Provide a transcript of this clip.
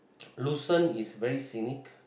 Lausanne is very scenic